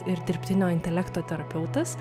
ir dirbtinio intelekto terapeutas